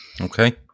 Okay